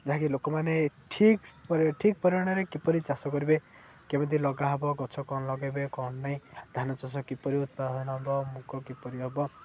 ଯାହାକି ଲୋକମାନେ ଠିକ୍ ଠିକ୍ ପରିମାଣରେ କିପରି ଚାଷ କରିବେ କେମିତି ଲଗା ହବ ଗଛ କ'ଣ ଲଗେଇବେ କ'ଣ ନାହିଁ ଧାନ ଚାଷ କିପରି ଉତ୍ପାଦନ ହବ ମୁଗ କିପରି ହବ